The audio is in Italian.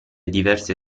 diverse